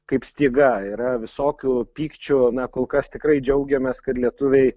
kaip styga yra visokių pykčių na kol kas tikrai džiaugiamės kad lietuviai